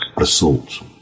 assault